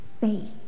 Faith